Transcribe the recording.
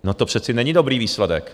No to přece není dobrý výsledek.